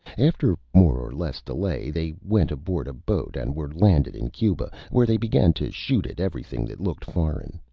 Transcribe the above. after more or less delay they went aboard a boat, and were landed in cuba, where they began to shoot at everything that looked foreign.